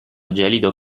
gelido